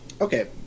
Okay